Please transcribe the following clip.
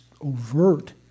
overt